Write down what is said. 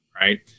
right